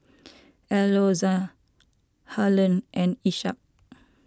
Alonza Harlen and Isaak